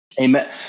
Amen